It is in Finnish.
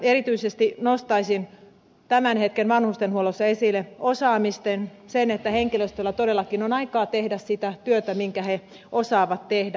erityisesti nostaisin tämän hetken vanhustenhuollossa esille osaamisen sen että henkilöstöllä todellakin on aikaa tehdä sitä työtä minkä he osaavat tehdä